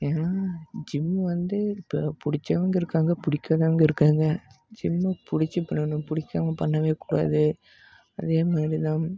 ஏன்னா ஜிம்மு வந்து இப்போ பிடிச்சவங்க இருக்காங்க பிடிக்காதவங்க இருக்காங்க ஜிம்மை பிடிச்சுப் பண்ணனும் பிடிக்காம பண்ணவே கூடாது அதே மாதிரிதான்